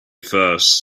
first